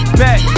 back